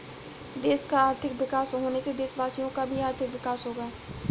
देश का आर्थिक विकास होने से देशवासियों का भी आर्थिक विकास होगा